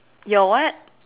your what